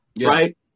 right